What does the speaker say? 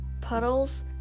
Puddles